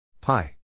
Pi